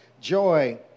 joy